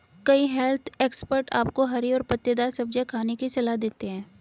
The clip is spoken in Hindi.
कई हेल्थ एक्सपर्ट आपको हरी और पत्तेदार सब्जियां खाने की सलाह देते हैं